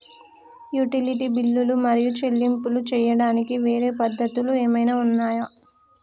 Utility బిల్లులు మరియు చెల్లింపులు చేయడానికి వేరే పద్ధతులు ఏమైనా ఉన్నాయా?